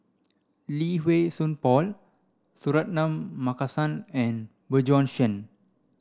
Lee Wei Song Paul Suratman Markasan and Bjorn Shen